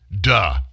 duh